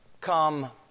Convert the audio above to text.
come